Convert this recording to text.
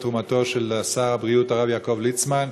את תרומתו של שר הבריאות הרב יעקב ליצמן.